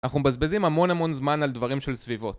אנחנו מבזבזים המון המון זמן על דברים של סביבות